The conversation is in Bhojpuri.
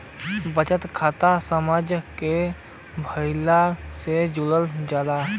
बचत खाता समाज के भलाई से जुड़ल होला